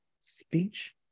speech